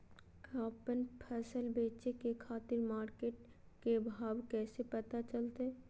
आपन फसल बेचे के खातिर मार्केट के भाव कैसे पता चलतय?